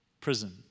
prison